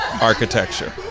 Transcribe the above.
architecture